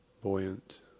buoyant